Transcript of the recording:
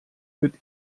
mit